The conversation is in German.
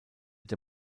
der